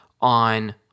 on